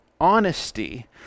honesty